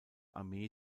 armee